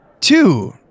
Two